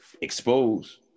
expose